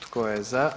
Tko je za?